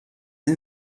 این